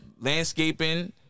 landscaping